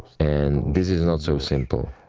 and this is not so simple,